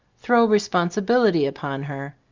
throw responsibil ity upon her.